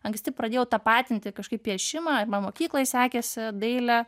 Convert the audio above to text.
anksti pradėjau tapatinti kažkaip piešimą ir man mokykloj sekėsi dailė